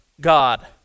God